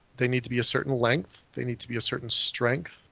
they need to be a certain length, they need to be a certain strength,